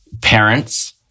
parents